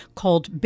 called